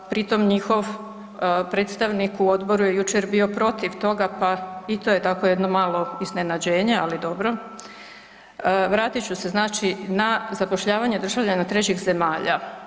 Pritom njihov predstavnik u odboru je jučer bio protiv toga pa i to je tako jedno malo iznenađenje, ali dobro, vratit ću se znači na zapošljavanje državljana trećih zemalja.